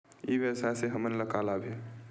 ई व्यवसाय से हमन ला का लाभ हे?